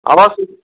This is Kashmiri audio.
اَوا سُہ